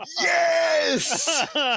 Yes